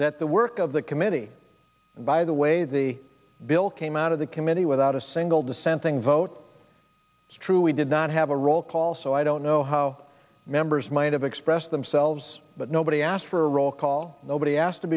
that the work of the committee and by the way the bill came out of the committee without a single dissenting vote truly did not have a roll call so i don't know how members might have expressed themselves but nobody asked for roll call nobody asked to